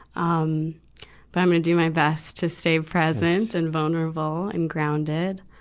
um but i'm gonna do my best to stay present and vulnerable and grounded.